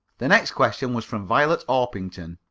the next question was from violet orpington